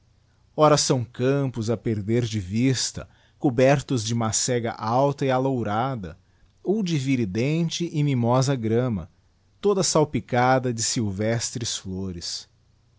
ora são campos a perder de vista cobertos de macega alta e alourada ou de viridente e mimosa grama toda salpicada de sylvestres flores